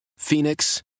Phoenix